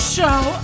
Show